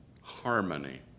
Harmony